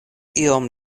iom